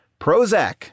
Prozac